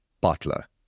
Butler